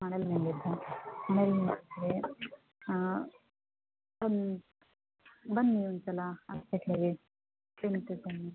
ಮಳೇಲಿ ನೆಂದಿದ್ದಿರಾ ಆಮೇಲೆ ಬನ್ನಿ ಬನ್ನಿ ಒಂದು ಸಲ ಆಸ್ಪೆಟ್ಲಿಗೆ ಕ್ಲಿನಿಕ್ಕಿಗೆ ಬನ್ನಿ